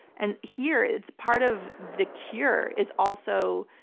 and here, it's part of the cure is also.